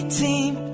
team